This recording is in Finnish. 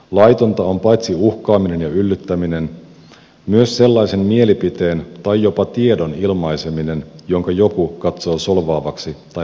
laitonta on paitsi uhkaaminen ja yllyttäminen myös sellaisen mielipiteen tai jopa tiedon ilmaiseminen jonka joku katsoo solvaavaksi tai panettelevaksi